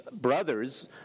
brothers